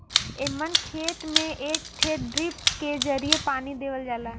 एमन खेत में एक ठे ड्रिप के जरिये पानी देवल जाला